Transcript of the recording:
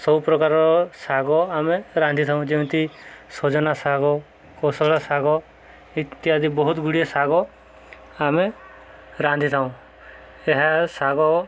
ସବୁ ପ୍ରକାରର ଶାଗ ଆମେ ରାନ୍ଧିଥାଉ ଯେମିତି ସଜନା ଶାଗ କୋଶଳା ଶାଗ ଇତ୍ୟାଦି ବହୁତ ଗୁଡ଼ିଏ ଶାଗ ଆମେ ରାନ୍ଧିଥାଉ ଏହା ଶାଗ